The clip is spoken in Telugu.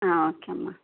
ఓకే అమ్మ